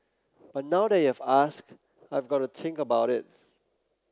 but now that you've asked I've got to think about it